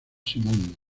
simon